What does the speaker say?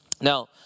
Now